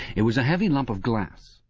it was a heavy lump of glass,